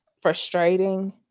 frustrating